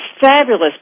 fabulous